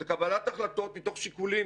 זה קבלת החלטות מתוך שיקולים